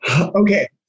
Okay